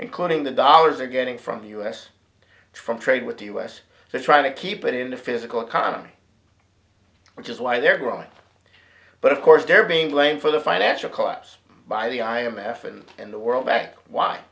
including the dollars are getting from us from trade with the u s they're trying to keep it in the physical economy which is why they're growing but of course they're being blamed for the financial collapse by the i m f and in the world back why